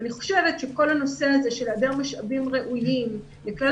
ואני חושבת שכל הנושא הזה של היעדר משאבים ראויים לכלל